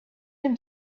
him